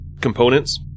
components